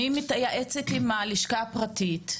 היא מתייעצת עם הלשכה הפרטית,